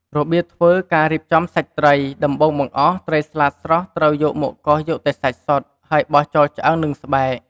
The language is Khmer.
របៀបធ្វើ ការរៀបចំសាច់ត្រី ដំបូងបង្អស់ ត្រីស្លាតស្រស់ត្រូវយកមកកោសយកតែសាច់សុទ្ធ ហើយបោះចោលឆ្អឹង និងស្បែក។